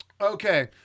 Okay